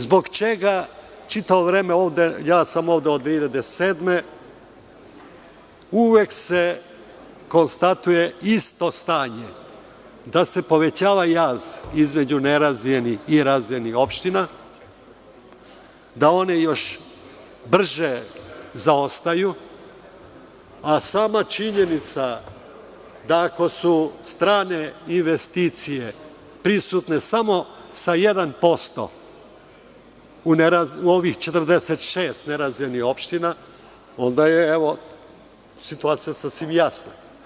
Zbog čega čitavo vreme ovde, ja sam ovde od 2007. godine, uvek se konstatuje isto stanje, da se povećava jaz između nerazvijenih i razvijenih opština, da one još brže zaostaju, a sama činjenica da ako su strane investicije prisutne samo sa 1% u ovih 46 nerazvijenih opština, onda je situacija sasvim jasna.